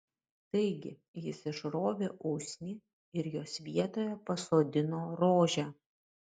taigi jis išrovė usnį ir jos vietoje pasodino rožę